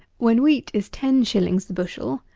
when wheat is ten shillings the bushel,